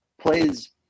plays